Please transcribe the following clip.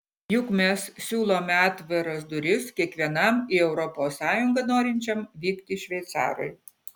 juk mes siūlome atviras duris kiekvienam į europos sąjungą norinčiam vykti šveicarui